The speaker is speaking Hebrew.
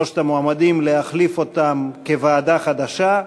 שלושת המועמדים, להחליף אותם כוועדה חדשה.